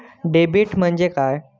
Debit म्हणजे काय?